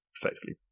effectively